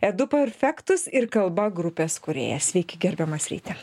edu perfectus ir kalba grupės kūrėjas sveiki gerbiamas ryti